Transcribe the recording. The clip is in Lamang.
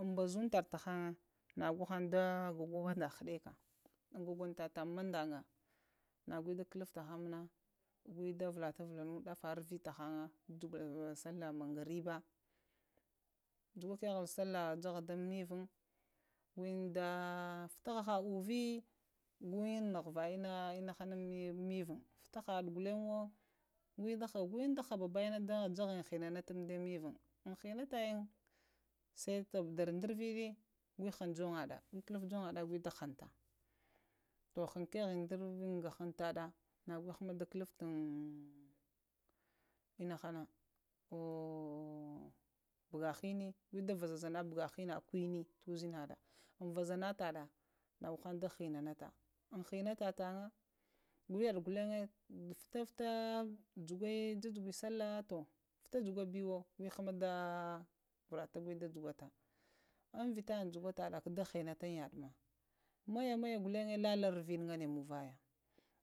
Umh nɓazuɓtaha tahanŋa nagoha da goga mandanŋ haɗeka, ammh gogatanŋ manɗanga na gwe da kulufta- hanze muna gwe da vulata- valinyən ɗafa mana tahangna juvira tahanga haidavak sallah mangariɓa ghgo kehe allah magarəba java dum məvəŋ go da, vita haha uvə go yən naha- ha ina muvən vitə haɗuwo na go mi haɓaɓa ina jaha hinayən mavem sai indəvəɗə ghul ɗuho jungaɗo, kuɗaf junaɗo go da ɗuhunta to hinkahelo an ghuntaɗo nago kuluftin ina hana go buha hənə, go ɗa ghzazana sudufva kwənə anga uzinhaɗa, am hina taɗa gwe yaɗa ghulanye, fafata dhugaye, ko dhugugwe sallah to, vita dhuga biyo to hama da varata gwe da vita and hugataɓa, maya- maya ghulaye lala unviɗi ghane munvaya